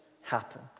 happen